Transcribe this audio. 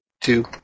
Two